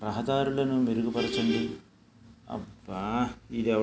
రహదారులను మెరుగుపరచండి అబ్బా వీడెవ